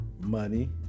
money